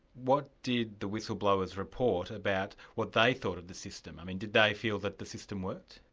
what did the whistleblowers report about what they thought of the system? did they feel that the system works,